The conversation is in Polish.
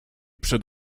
przed